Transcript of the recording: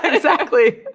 and exactly.